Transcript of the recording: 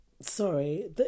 sorry